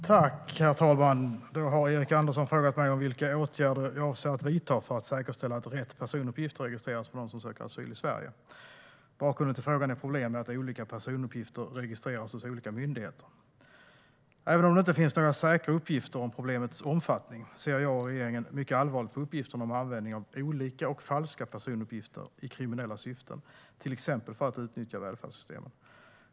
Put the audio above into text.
Svar på interpellationer Herr talman! Erik Andersson har frågat mig om vilka åtgärder jag avser att vidta för att säkerställa att rätt personuppgifter registreras för dem som söker asyl i Sverige. Bakgrunden till frågan är problem med att olika personuppgifter registreras hos olika myndigheter. Även om det inte finns några säkra uppgifter om problemets omfattning ser jag och regeringen mycket allvarligt på uppgifterna om användningen av olika och falska personuppgifter i kriminella syften, till exempel för att utnyttja välfärdssystemen.